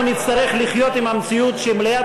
אנחנו נצטרך לחיות עם המציאות שמליאת